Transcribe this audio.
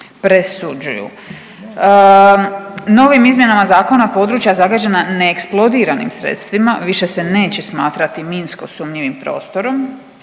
presuđuju. Novim izmjenama zakona područja zagađena neeksplodiranim sredstvima više se neće smatrati minsko sumnjivim prostorom,